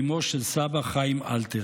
אימו של סבא חיים אלתר.